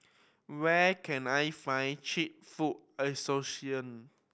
where can I find cheap food